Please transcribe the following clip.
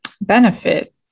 benefit